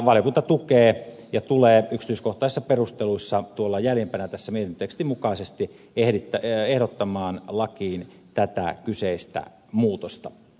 valiokunta tukee ja tulee yksityiskohtaisissa perusteluissa jäljempänä mietintötekstin mukaisesti ehdottamaan lakiin tätä kyseistä muutosta